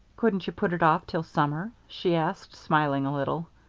couldn't you put it off till summer? she asked, smiling a little.